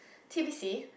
T_B_C